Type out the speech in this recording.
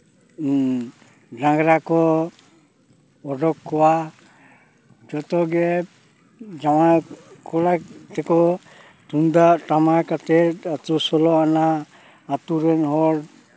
ᱰᱟᱝᱨᱟ ᱠᱚ ᱚᱰᱳᱠ ᱠᱚᱣᱟ ᱡᱚᱛᱚᱜᱮ ᱡᱟᱶᱟᱭ ᱠᱚᱲᱟ ᱛᱟᱠᱚ ᱛᱩᱢᱫᱟᱜ ᱴᱟᱢᱟᱠ ᱟᱛᱮᱜ ᱟᱛᱳ ᱥᱳᱞᱳ ᱟᱱᱟ ᱟᱛᱳ ᱨᱮᱱ ᱦᱚᱲ